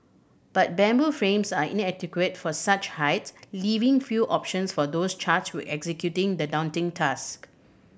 but bamboo frames are inadequate for such heights leaving few options for those charged with executing the daunting task